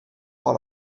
par